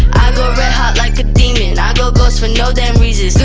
go red hot like a demon i go ghost for no damn reason